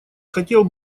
хотел